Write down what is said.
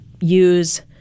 use